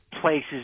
places